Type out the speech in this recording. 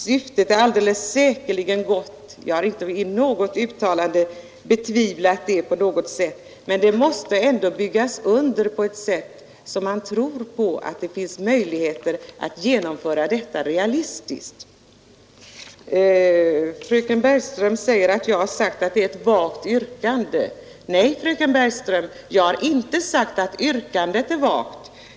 Syftet är säkerligen gott — jag har inte på något sätt betvivlat det. Men ett sådant förslag måste ändå underbyggas, om man skall tro på att det finns möjligheter att genomföra det. Fröken Bergström säger att jag har sagt att yrkandet är vagt. Nej, fröken Bergström, jag har inte sagt att yrkandet är vagt.